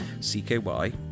CKY